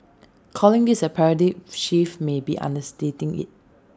calling this A paradigm shift may be understating IT